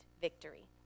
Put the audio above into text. victory